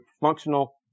functional